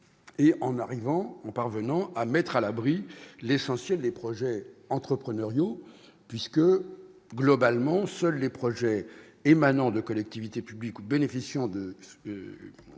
et en arrivant en parvenant à mettre à l'abri, l'essentiel des projets entrepreneuriaux puisque globalement, seuls les projets émanant de collectivités publiques bénéficiant de